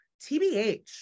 TBH